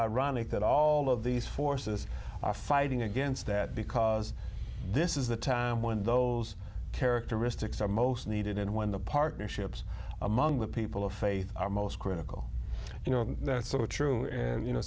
ironic that all of these forces are fighting against that because this is the time when those characteristics are most needed and when the partnerships among the people of faith are most critical you know that's sort of true and you know